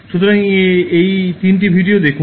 সুতরাং এই তিনটি ভিডিও দেখুন